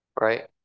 right